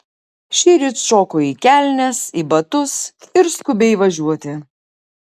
šįryt šoko į kelnes į batus ir skubiai važiuoti